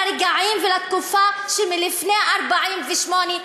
לרגעים ולתקופה שלפני 1948,